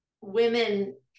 women